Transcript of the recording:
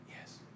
Yes